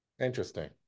Interesting